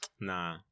Nah